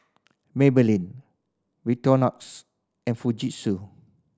Maybelline Victorinox and Fujitsu